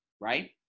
right